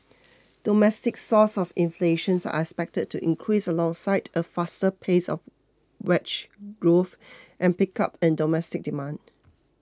domestic sources of inflation are expected to increase alongside a faster pace